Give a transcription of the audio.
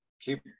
keep